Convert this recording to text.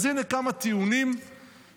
אז הינה כמה טיעונים שמצאתי.